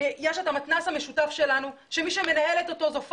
יש את המתנ"ס שלנו שמי שמנהלת אותו זו פאתן,